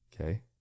Okay